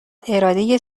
اراده